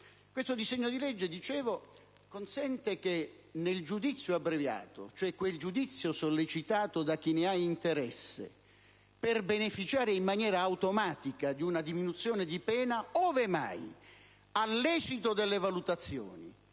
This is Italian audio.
questo disegno di legge consente che nel giudizio abbreviato, cioè quel giudizio sollecitato da chi ne ha interesse per beneficiare in maniera automatica di una diminuzione di pena, ove mai all'esito delle valutazioni